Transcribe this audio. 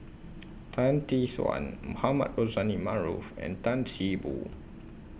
Tan Tee Suan Mohamed Rozani Maarof and Tan See Boo